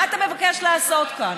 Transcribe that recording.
מה אתה מבקש לעשות כאן?